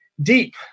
deep